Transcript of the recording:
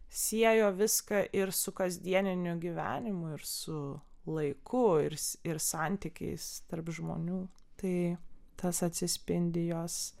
siejo viską ir su kasdieniniu gyvenimu ir su laiku ir ir santykiais tarp žmonių tai tas atsispindi jos